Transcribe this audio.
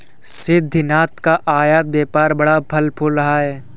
सिद्धिनाथ का आयत व्यापार बड़ा फल फूल रहा है